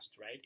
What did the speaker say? right